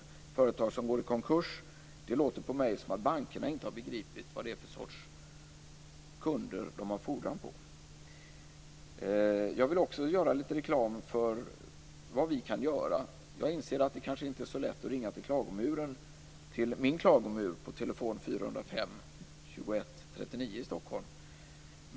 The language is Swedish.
Att företag går i konkurs låter på mig som att bankerna inte har begripit vad det är för sorts kunder de har fordran på. Jag vill också göra litet reklam för vad vi kan göra. Jag inser att det kanske inte är så lätt att ringa till min klagomur på telefonnummer 405 21 39 i Stockholm.